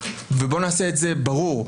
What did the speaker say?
ובואו נעשה את זה ברור,